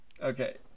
Okay